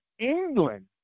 England